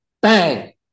bang